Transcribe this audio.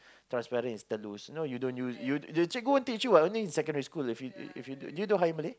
transparent is telus you know you don't use you the cikgu won't teach you what only in secondary school if you if you do you do higher Malay